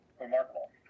Remarkable